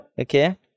Okay